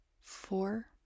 four